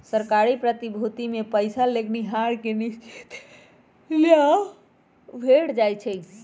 सरकारी प्रतिभूतिमें पइसा लगैनिहार के निश्चित लाभ भेंट जाइ छइ